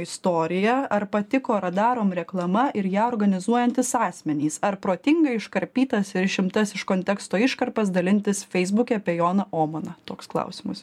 istorija ar patiko radarom reklama ir ją organizuojantys asmenys ar protingai iškarpytas ir išimtas iš konteksto iškarpas dalintis feisbuke apie joną omaną toks klausimas